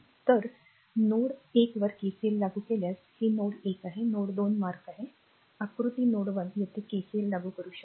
तर नोड एकवर KCLलागू केल्यास हे नोड एक आहे नोड 2 मार्क आहे आकृती नोड वन येथे KCL लागू करू शकतो